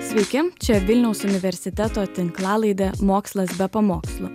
sveiki čia vilniaus universiteto tinklalaidė mokslas be pamokslų